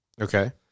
Okay